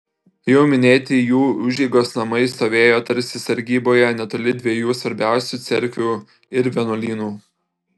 jau minėti jų užeigos namai stovėjo tarsi sargyboje netoli dviejų svarbiausių cerkvių ir vienuolynų